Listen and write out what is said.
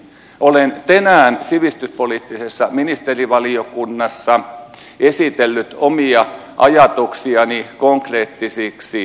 olen tänään sivistyspoliittisessa ministerivaliokunnassa esitellyt omia ajatuksiani konkreettisiksi toimiksi